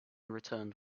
returned